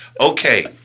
Okay